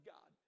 God